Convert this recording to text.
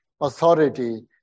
authority